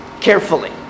carefully